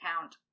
count